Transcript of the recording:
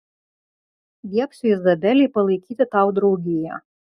liepsiu izabelei palaikyti tau draugiją